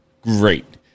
Great